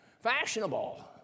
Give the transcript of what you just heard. fashionable